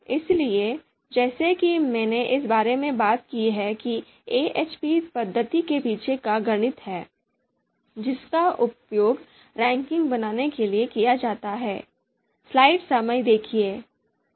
इसलिए जैसा कि मैंने इस बारे में बात की है कि AHP पद्धति के पीछे का गणित है जिसका उपयोग रैंकिंग बनाने के लिए किया जाता है